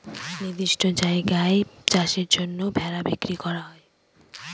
নির্দিষ্ট জায়গায় চাষের জন্য ভেড়া বিক্রি করা হয়